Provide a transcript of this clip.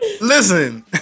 listen